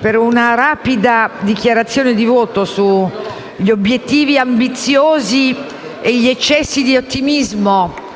per un rapida dichiarazione di voto sugli obiettivi ambiziosi e gli eccessi di ottimismo,